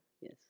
Yes